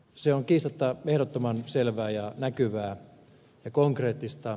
se on kiistatta ehdottoman selvää ja näkyvää ja konkreettista